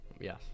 Yes